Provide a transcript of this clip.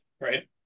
right